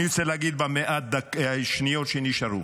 אני רוצה להגיד במעט השניות שנשארו,